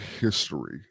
history